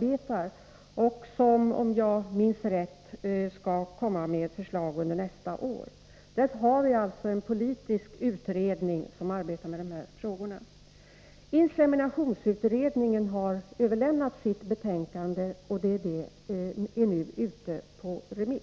vilken — om jag minns rätt — skall komma med förslag under nästa år. Vi har alltså en politisk utredning som arbetar med dessa frågor. Inseminationsutredningen har överlämnat sitt betänkande, och det är nu ute på remiss.